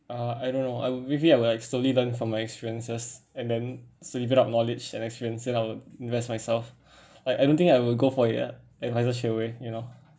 uh I don't know I would maybe I will like slowly learn from my experiences and then up knowledge and experience then I will invest myself I I don't think I will go for a advisor straight away you know